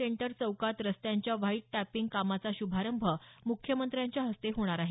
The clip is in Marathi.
सेंटर चौकात रस्त्यांच्या व्हाईट टॅपिंग कामाचा श्भारंभ मुख्यमंत्र्यांच्या हस्ते होणार आहे